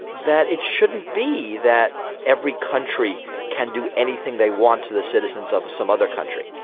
that it shouldn't be that every country can do anything they want to the citizens of some other country,